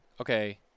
okay